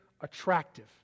attractive